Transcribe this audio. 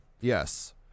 Yes